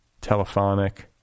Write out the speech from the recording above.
telephonic